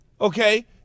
Okay